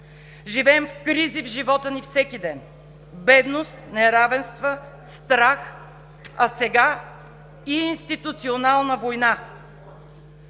живеем в кризи в живота ни всеки ден; в бедност, неравенства, страх, а сега – и институционална война.